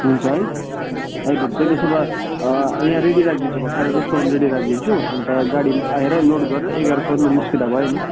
हुन्छ है आइपुग्छ है त्यसो भए यहाँ रेडी राखिदिन्छु म साढे दससम्म रेडी राखिदिन्छु अन्त गाडी आएर लोड गरेर एघारसम्ममा निस्किँदा भयो नि